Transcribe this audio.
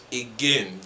again